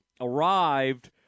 arrived